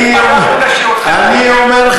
אני,